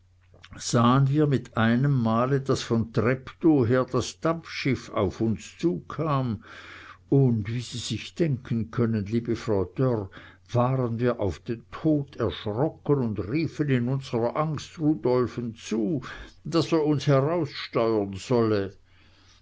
sahen wir mit einem male daß von treptow her das dampfschiff auf uns zukam und wie sie sich denken können liebe frau dörr waren wir auf den tod erschrocken und riefen in unserer angst rudolfen zu daß er uns heraussteuern solle